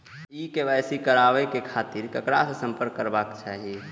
KYC कराबे के खातिर ककरा से संपर्क करबाक चाही?